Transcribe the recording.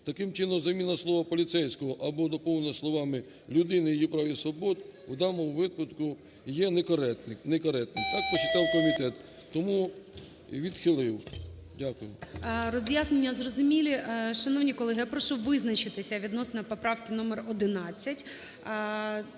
Таким чином заміна слова "поліцейського" або доповнення словами "людини, її прав і свобод" у даному випадку є некоректним. Так порахував комітет, тому і відхилив. Дякую. ГОЛОВУЮЧИЙ. Роз'яснення зрозумілі. Шановні колеги, я прошу визначитися відносно поправки номер 11